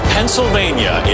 Pennsylvania